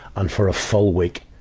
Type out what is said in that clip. and for a full week,